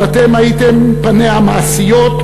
אבל אתם הייתם פניה המעשיות,